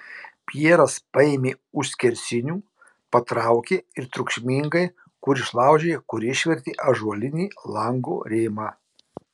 pjeras paėmė už skersinių patraukė ir triukšmingai kur išlaužė kur išvertė ąžuolinį lango rėmą